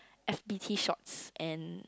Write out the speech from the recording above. F_B_T shorts and